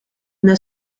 una